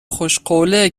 خوشقوله